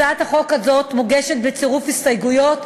הצעת החוק הזאת מוגשת בצירוף הסתייגויות.